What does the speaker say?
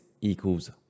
equals